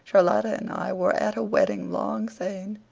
charlotta and i were at a wedding long syne.